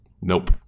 Nope